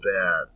bad